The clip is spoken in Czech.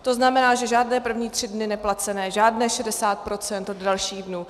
To znamená, že žádné první tři dny neplacené, žádných 60 % od dalších dnů.